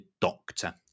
doctor